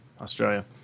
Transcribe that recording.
Australia